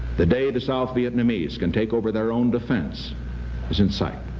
the day the south vietnamese can take over their own defence is in sight.